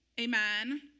amen